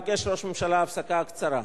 ביקש ראש הממשלה הפסקה קצרה.